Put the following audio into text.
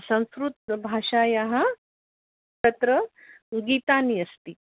संस्कृतं भाषायाः तत्र गीतानि अस्ति